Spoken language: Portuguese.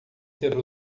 ser